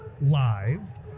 live